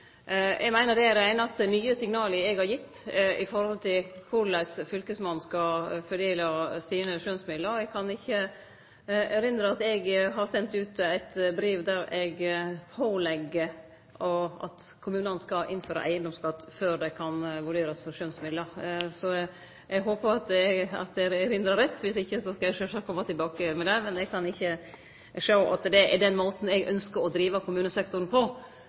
Eg meiner det er det einaste nye signalet eg har gitt om korleis fylkesmannen skal fordele skjønsmidlane sine. Eg kan ikkje hugse at eg har sendt ut eit brev der eg pålegg kommunane å innføre eigedomsskatt før dei kan vurderast for skjønsmidlar. Eg håpar eg hugsar rett, om ikkje, skal eg sjølvsagt kome tilbake til det. Eg kan ikkje sjå at det er den måten eg ynskjer å drive kommunesektoren på.